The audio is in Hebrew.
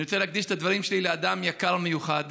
אני רוצה להקדיש את הדברים שלי לאדם יקר ומיוחד